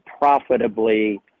profitably